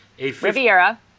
Riviera